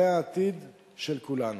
זה העתיד של כולנו.